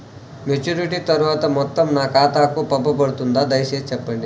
Maturity తర్వాత ఆ మొత్తం నా ఖాతాకు పంపబడుతుందా? దయచేసి చెప్పండి?